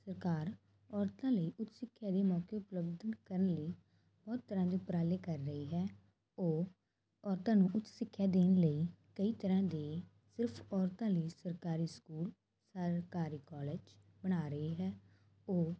ਸਰਕਾਰ ਔਰਤਾਂ ਲਈ ਉੱਚ ਸਿੱਖਿਆ ਦੇ ਮੌਕੇ ਉਪਲਬਧ ਕਰਨ ਲਈ ਬਹੁਤ ਤਰ੍ਹਾਂ ਦੇ ਉਪਰਾਲੇ ਕਰ ਰਹੀ ਹੈ ਉਹ ਔਰਤਾਂ ਨੂੰ ਉੱਚ ਸਿੱਖਿਆ ਦੇਣ ਲਈ ਕਈ ਤਰ੍ਹਾਂ ਦੇ ਸਿਰਫ ਔਰਤਾਂ ਲਈ ਸਰਕਾਰੀ ਸਕੂਲ ਸਰਕਾਰੀ ਕੋਲਜ ਬਣਾ ਰਹੀ ਹੈ ਉਹ